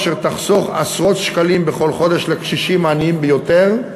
אשר תחסוך עשרות שקלים בכל חודש לקשישים העניים ביותר,